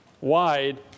wide